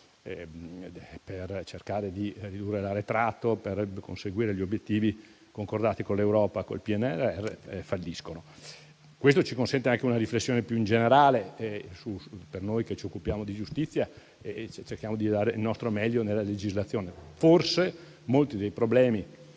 per cercare di ridurre l'arretrato e conseguire gli obiettivi concordati con l'Europa e con il PNRR falliscono. Questo consente anche una riflessione più generale a noi che ci occupiamo di giustizia e cerchiamo di dare il nostro meglio nella legislazione: forse molti - anzi,